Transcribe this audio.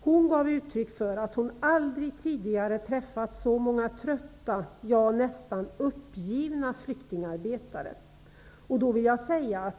Hon gav uttryck för att hon aldrig tidigare träffat så trötta, nästan uppgivna, flyktingarbetare.